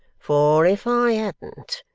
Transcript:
for if i hadn't,